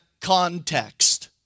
context